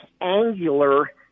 angular